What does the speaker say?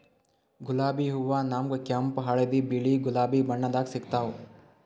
ಗುಲಾಬಿ ಹೂವಾ ನಮ್ಗ್ ಕೆಂಪ್ ಹಳ್ದಿ ಬಿಳಿ ಗುಲಾಬಿ ಬಣ್ಣದಾಗ್ ಸಿಗ್ತಾವ್